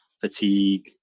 fatigue